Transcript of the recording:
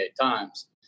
times